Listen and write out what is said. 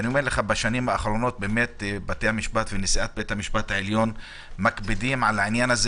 בשנים האחרונות בתי המשפט ונשיאת בית המשפט העליון מקפידים על זה.